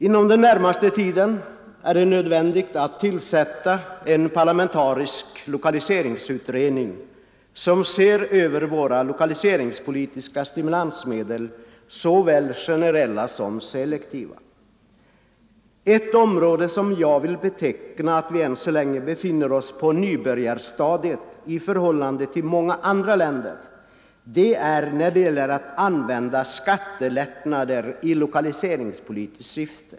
Inom den närmaste tiden är det nödvändigt att tillsätta en parlamentarisk lokaliseringsutredning som ser över våra lokaliseringspolitiska stimulansmedel, såväl generella som selektiva. Ett område där jag anser att vi än så länge befinner oss på nybörjarstadiet i förhållande till många andra länder är när det gäller att använda skattelättnader i lokaliseringspolitiskt syfte.